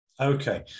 Okay